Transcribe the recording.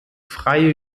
freie